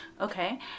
okay